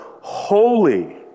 Holy